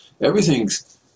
everything's